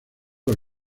las